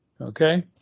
okay